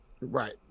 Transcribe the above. Right